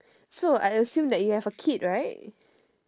so I assume that you have a kid right